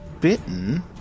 bitten